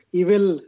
evil